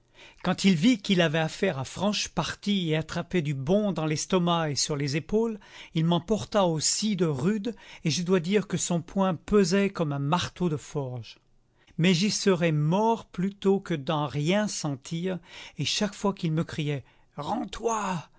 quand il vit qu'il avait affaire à franche partie et attrapait du bon dans l'estomac et sur les épaules il m'en porta aussi de rudes et je dois dire que son poing pesait comme un marteau de forge mais j'y serais mort plutôt que d'en rien sentir et chaque fois qu'il me criait rends-toi